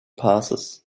passes